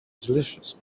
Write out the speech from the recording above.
delicious